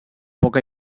poca